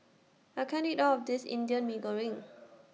I can't eat All of This Indian Mee Goreng